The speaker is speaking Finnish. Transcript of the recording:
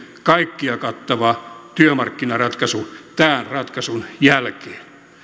kaikkia kattava työmarkkinaratkaisu tämän ratkaisun jälkeen